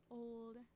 old